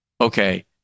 okay